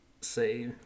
say